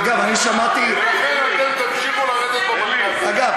לכן אתם תמשיכו לרדת במנדטים, אני שמעתי, הרצוג,